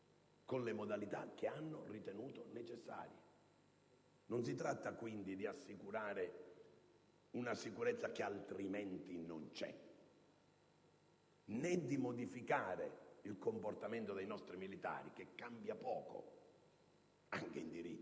con le modalità che hanno ritenuto necessarie. Non si tratta, quindi, di assicurare una sicurezza che altrimenti non c'è, né di modificare il comportamento dei nostri militari, che cambia poco, anche in diritto.